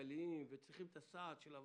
כלכליים וצריכים את הסעד שלנו